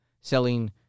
selling